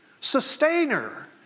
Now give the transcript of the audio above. Sustainer